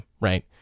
right